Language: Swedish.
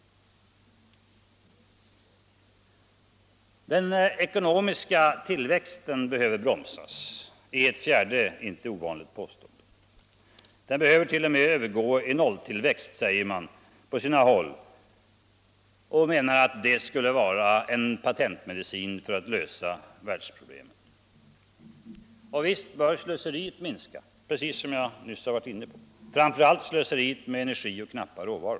Den ekonomiska tillväxten behöver bromsas är ett fjärde, inte ovanligt påstående. Den behöver t.o.m. övergå i nolltillväxt, säger man på sina håll, och menar att det skulle vara en patentmedicin för att lösa världsproblemen. Och visst bör slöseriet minska, precis som jag nyss varit inne på, framför allt slöseriet med energi och knappa råvaror.